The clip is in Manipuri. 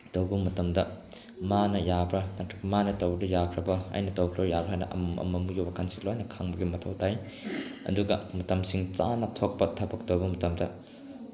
ꯇꯧꯕ ꯃꯇꯝꯗ ꯃꯥꯅ ꯌꯥꯕ꯭ꯔꯥ ꯅꯠꯇꯔꯒ ꯃꯥꯅ ꯇꯧꯕꯗ ꯌꯥꯈ꯭ꯔꯕ꯭ꯔꯥ ꯑꯩꯅ ꯇꯧꯕꯗ ꯌꯥꯈ꯭ꯔꯕꯅ ꯑꯃ ꯑꯃꯒꯤ ꯋꯥꯈꯜꯁꯨ ꯂꯣꯏꯅ ꯈꯪꯕꯒꯤ ꯃꯊꯧ ꯇꯥꯏ ꯑꯗꯨꯒ ꯃꯇꯝꯁꯤꯡ ꯆꯥꯎꯅ ꯊꯣꯛꯄ ꯊꯕꯛ ꯇꯧꯕ ꯃꯇꯝꯗ